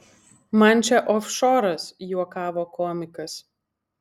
man čia ofšoras juokavo komikas